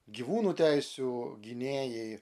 gyvūnų teisių gynėjai